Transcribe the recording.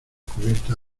cubierta